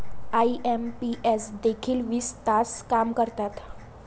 IMPS देखील वीस तास काम करतात?